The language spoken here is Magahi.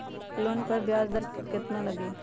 लोन पर ब्याज दर लगी?